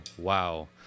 wow